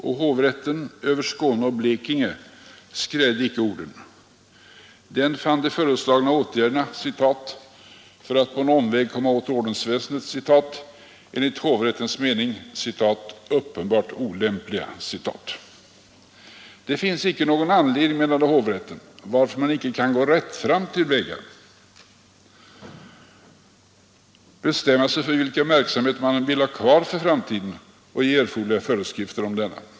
Och hovrätten över Skåne och Blekinge skrädde icke orden. Den fann de föreslagna åtgärderna ”för att på en omväg komma åt ordensväsendet” enligt hovrättens mening ”uppenbart olämpliga”. Det finns icke någon anledning, menade hovrätten, varför man icke kan gå rättframt till väga och bestämma sig för vilken verksamhet man vill ha kvar för framtiden och ge erforderliga föreskrifter för den.